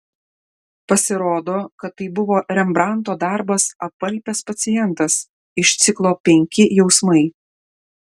pasirodo kad tai buvo rembrandto darbas apalpęs pacientas iš ciklo penki jausmai